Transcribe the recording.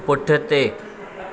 पुठिते